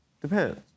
Depends